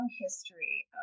history